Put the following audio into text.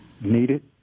needed